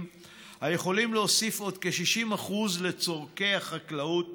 היכולים להוסיף עוד כ-60% לצורכי החקלאות